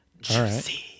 Juicy